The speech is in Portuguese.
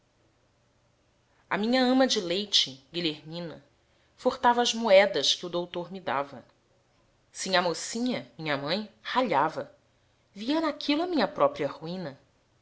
minha ama de leite guilhermina furtava as moedas que o doutor me dava sinhá mocinha minha mãe ralhava via naquilo a minha própria ruína